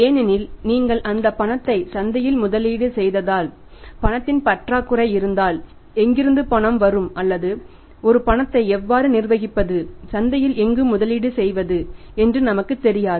ஏனெனில் நீங்கள் அந்த பணத்தை சந்தையில் முதலீடு செய்யாததால் பணத்தின் பற்றாக்குறை இருந்தால் எங்கிருந்து பணம் வரும் அல்லது ஒரு பணத்தை எவ்வாறு நிர்வகிப்பது சந்தையில் எங்கு முதலீடு செய்வது என்று நமக்குத் தெரியாது